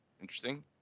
Interesting